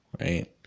right